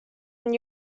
than